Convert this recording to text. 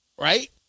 Right